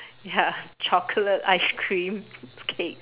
ya chocolate ice cream cake